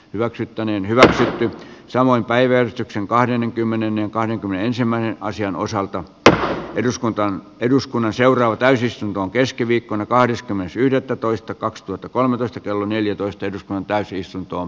hyväksytty niin hyvässä ja samoin päivystyksen kahdenkymmenen ja kahdenkymmenen ensimmäinen asian osalta että eduskunta eduskunnan seuraava täysistuntoon keskiviikkona kahdeskymmenes yhdettätoista kaksituhattakolmetoista kello neljätoista eduskunnan täysistuntoon